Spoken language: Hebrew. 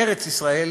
ארץ-ישראל